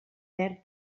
perd